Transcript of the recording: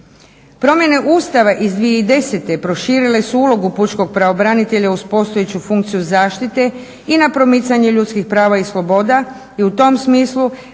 Promjene Ustava iz 2010. proširile su ulogu pučkog pravobranitelja uz postojeću funkciju zaštite i na promicanju ljudskih prava i sloboda i u tom smislu neminovne